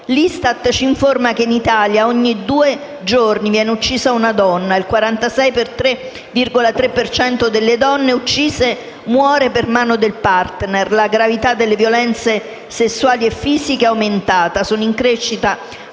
L'ISTAT ci informa che in Italia ogni 2,2 giorni viene uccisa una donna. Il 46,3 per cento delle donne uccise muore per mano del *partner*. La gravità delle violenze sessuali e fisiche è aumentata. Sono in crescita anche i